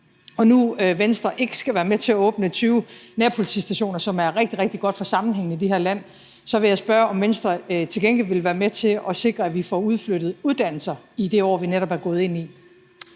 Og nu hvor Venstre ikke skal være med til at åbne 20 nærpolitistationer, som er rigtig, rigtig godt for sammenhængen i det her land, vil jeg spørge, om Venstre til gengæld vil være med til at sikre, at vi får udflyttet uddannelser i det år, vi netop er gået ind i.